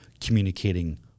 communicating